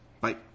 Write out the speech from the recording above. Bye